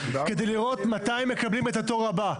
כדי לראות מתי מקבלים הם את התור הבא.